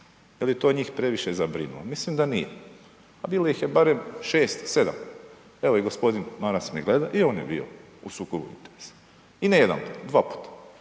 Je li to njih previše zabrinulo? Mislim da nije, pa bilo ih je barem 6-7, evo i g. Maras me gleda i on je bio u sukobu interesa i ne jedanput, dvaput